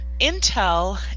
intel